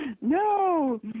No